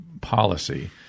policy